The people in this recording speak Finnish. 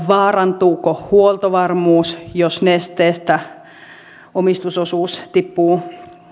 vaarantuuko huoltovarmuus jos nesteestä omistusosuus tippuu